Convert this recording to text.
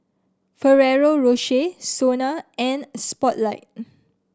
Ferrero Rocher SONA and Spotlight